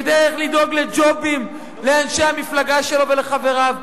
כדרך לדאוג לג'ובים לאנשי המפלגה שלו ולחבריו?